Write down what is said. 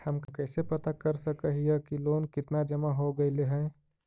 हम कैसे पता कर सक हिय की लोन कितना जमा हो गइले हैं?